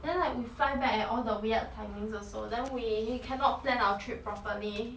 then like we fly back at all the weird timings also then we cannot plan our trip properly